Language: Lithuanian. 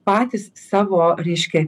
patys savo ryškia